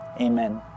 Amen